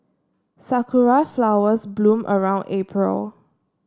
Sakura flowers bloom around April